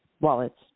wallets